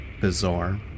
bizarre